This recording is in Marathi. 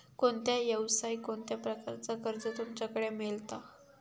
कोणत्या यवसाय कोणत्या प्रकारचा कर्ज तुमच्याकडे मेलता?